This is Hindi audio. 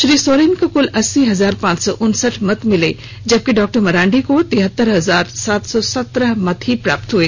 श्री सोरेन को कुल अस्सी हजार पांच सौ उनसठ मत मिले जबकि डॉ मरांडी को तिहतर हजार सात सौ सत्रह मत प्राप्त हुए